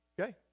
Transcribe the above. okay